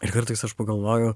ir kartais aš pagalvoju